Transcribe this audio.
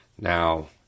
Now